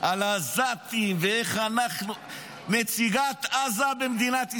על העזתים, נציגת עזה במדינת ישראל,